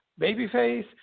babyface